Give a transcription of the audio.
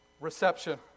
Reception